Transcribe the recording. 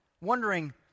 Wondering